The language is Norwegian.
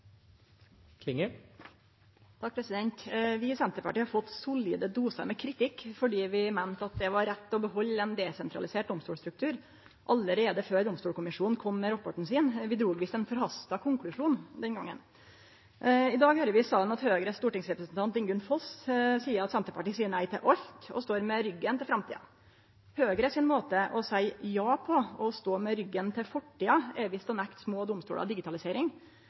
Vi i Senterpartiet har fått solide dosar med kritikk fordi vi meinte det var rett å behalde ein desentralisert domstolstruktur allereie før Domstolkommisjonen kom med rapporten sin. Vi drog visst ein forhasta konklusjon den gongen. I dag høyrer vi i salen Høgres stortingsrepresentant Ingunn Foss seie at Senterpartiet seier nei til alt og står med ryggen til framtida. Høgres måte å seie ja på – og stå med ryggen til fortida – er visst å nekte små domstolar digitalisering